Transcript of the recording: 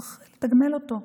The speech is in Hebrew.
צריך לתגמל אותו.